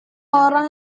orang